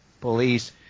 Police